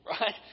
right